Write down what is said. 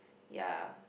ya